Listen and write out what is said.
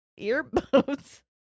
earbuds